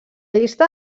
llista